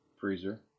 Freezer